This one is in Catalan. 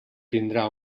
tindrà